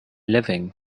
living